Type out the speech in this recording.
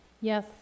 Yes